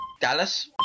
Dallas